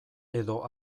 edo